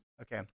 Okay